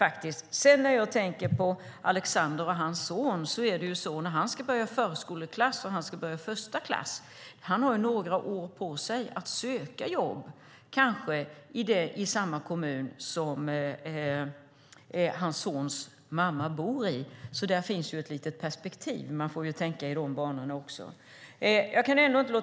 När det gäller detta med att Alexanders son så småningom ska börja förskoleklass och första klass vill jag säga att Alexander ju har några år på sig att söka jobb, kanske i samma kommun där hans sons mamma bor. Där finns alltså ett litet perspektiv. Man får tänka i de banorna också.